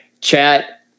Chat